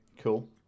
cool